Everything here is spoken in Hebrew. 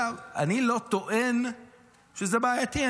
אני לא טוען שזה בעייתי,